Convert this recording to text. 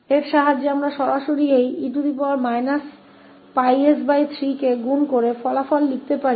अब इसकी सहायता से हम केवल इस e 𝜋s3को गुणा करके परिणाम को सीधे लिख सकते हैं